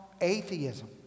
atheism